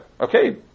okay